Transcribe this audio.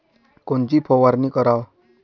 कोनची फवारणी कराव?